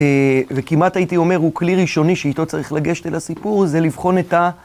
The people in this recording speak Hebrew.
וכמעט הייתי אומר, הוא כלי ראשוני שאיתו צריך לגשת אל הסיפור, זה לבחון את ה...